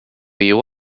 you